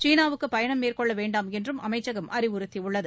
சீனாவுக்கு பயணம் மேற்கொள்ள வேண்டாம் என்றும் அமைச்சகம் அறிவுறுத்தியுள்ளது